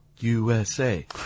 USA